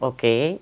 Okay